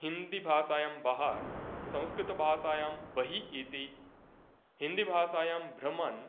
हिन्दीभाषायां बाहर् संस्कृतभाषायां बहिः इति हिन्दीभाभाषायां भ्रमन्